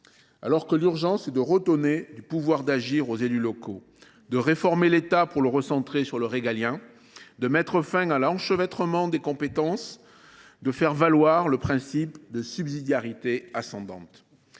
alors que l’urgence est de redonner du pouvoir d’agir aux élus locaux, de réformer l’État pour le recentrer sur le régalien, de mettre fin à l’enchevêtrement des compétences et de faire valoir le principe de subsidiarité ascendante.